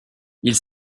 ils